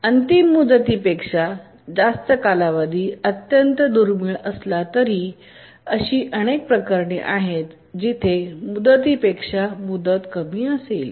अंतिम मुदतीपेक्षा जास्त कालावधी अत्यंत दुर्मिळ असला तरी अशी अनेक प्रकरणे आहेत जिथे मुदतीपेक्षा मुदत कमी असेल